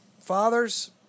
Fathers